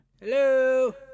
Hello